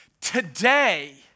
Today